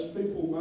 people